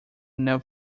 never